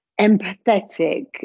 empathetic